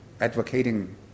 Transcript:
advocating